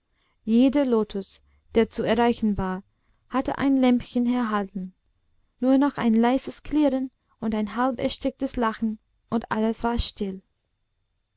jeder lotus der zu erreichen war hatte ein lämpchen erhalten nur noch ein leises klirren und ein halb ersticktes lachen und alles war still